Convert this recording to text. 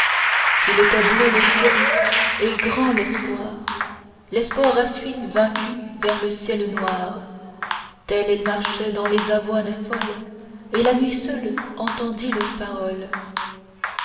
qu'il était bleu le ciel et grand l'espoir l'espoir a fui vaincu vers le ciel noir tels ils marchaient dans les avoines folles et la nuit seule entendit leurs paroles